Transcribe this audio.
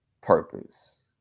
purpose